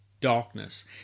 darkness